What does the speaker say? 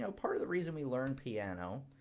so part of the reason we learn piano,